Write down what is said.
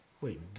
Wait